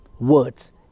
words